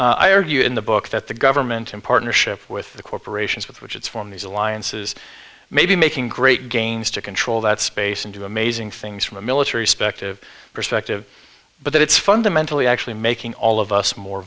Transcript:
i argue in the book that the government in partnership with the corporations with which it's form these alliances may be making great gains to control that space and do amazing things from a military spec to perspective but that it's fundamentally actually making all of us more